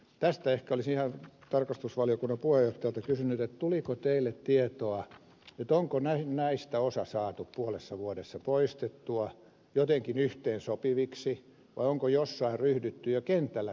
tästä ehkä olisin ihan tarkastusvaliokunnan puheenjohtajalta kysynyt tuliko teille tietoa siitä onko näistä osa saatu puolessa vuodessa poistettua jotenkin yhteensopiviksi vai onko jossain ryhdytty jo kentällä toimeen